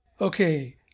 Okay